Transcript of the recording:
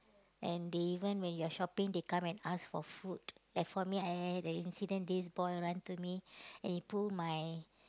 and they even when you are shopping they come and ask for food as for me I had an incident this boy run to me and he pull my